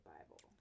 Bible